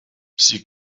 sie